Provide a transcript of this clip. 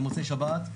במוצאי שבת,